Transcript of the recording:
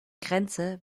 grenze